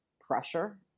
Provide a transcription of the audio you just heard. pressure